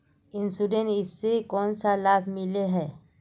Insurance इस से कोन सा लाभ मिले है?